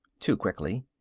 too quickly.